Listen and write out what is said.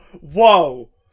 whoa